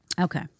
Okay